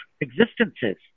existences